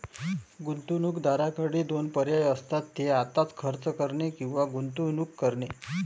गुंतवणूकदाराकडे दोन पर्याय असतात, ते आत्ताच खर्च करणे किंवा गुंतवणूक करणे